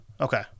Okay